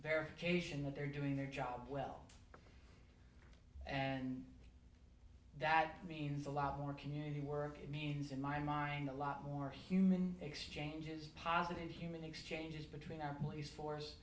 verification that they're doing their job well and that means a lot more community work means in my mind a lot more human exchanges positive human exchanges between our police force